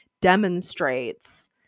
demonstrates